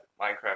Minecraft